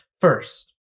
First